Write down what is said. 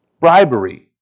Bribery